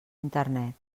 internet